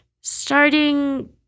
starting